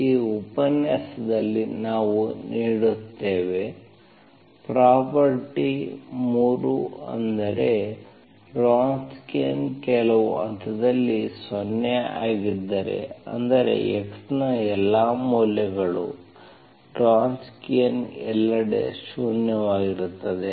ಈ ಉಪನ್ಯಾಸದಲ್ಲಿ ನಾವು ನೀಡುತ್ತೇವೆ ಪ್ರಾಪರ್ಟಿ 3 ಅಂದರೆ ವ್ರೊನ್ಸ್ಕಿಯನ್ ಕೆಲವು ಹಂತದಲ್ಲಿ 0 ಆಗಿದ್ದರೆ ಅಂದರೆ x ನ ಎಲ್ಲಾ ಮೌಲ್ಯಗಳಿಗೆ ವ್ರೊನ್ಸ್ಕಿಯನ್ ಎಲ್ಲೆಡೆ ಶೂನ್ಯವಾಗಿರುತ್ತದೆ